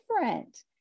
different